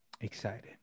excited